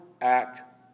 act